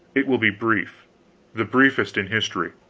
it will be brief the briefest in history.